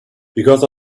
because